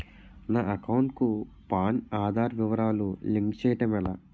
నా అకౌంట్ కు పాన్, ఆధార్ వివరాలు లింక్ చేయటం ఎలా?